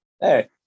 Hey